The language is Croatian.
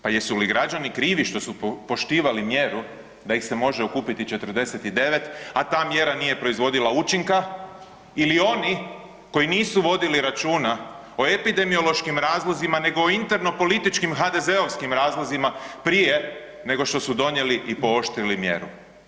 Pa jesu li građani krivi što su poštivali mjeru da ih se može okupiti 49, a ta mjera nije proizvodila učinka, ili oni koji nisu vodili računa o epidemiološkim razlozima, nego o interno političkim HDZ-ovskim razlozima prije nego što su donijeli i pooštrili mjeru?